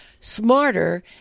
smarter